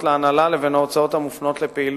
להנהלה לבין ההוצאות המופנות לפעילות,